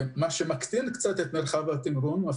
מה שמקטין את מרחב הגירעון זה